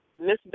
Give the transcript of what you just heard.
Miss